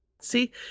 See